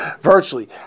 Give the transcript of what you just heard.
virtually